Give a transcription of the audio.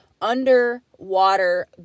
Underwater